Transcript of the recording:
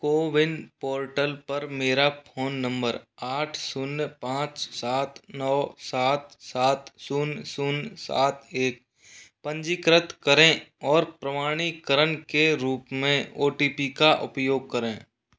CoWIN portal पर मेरा phone number आठ शून्य पाँच सात नौ सात सात शून्य शून्य सात एक पंजीकृत करें और प्रमाणीकरण के रूप में ओ टी पी का उपयोग करें